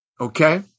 okay